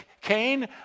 Cain